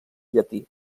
llatí